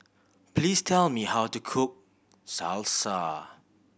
please tell me how to cook Salsa